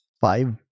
Five